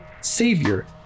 savior